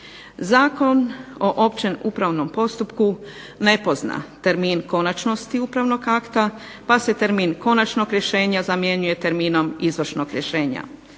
Zakon o općem upravnom postupku ne pozna termin konačnosti upravnog akta, pa se termin konačnog rješenja zamjenjuje terminom izvršnom rješenja.